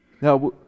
Now